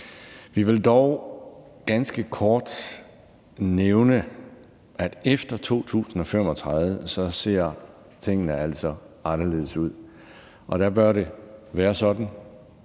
Vi vil dog ganske kort nævne, at efter 2035 ser tingene altså anderledes ud, og der bør det være sådan,